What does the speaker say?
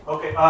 Okay